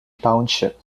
township